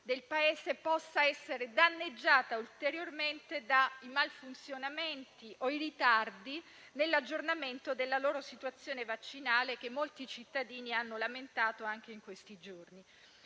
del Paese possa essere danneggiata ulteriormente dai malfunzionamenti o dai ritardi nell'aggiornamento della situazione vaccinale che molti cittadini hanno lamentato anche in questi giorni.